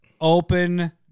open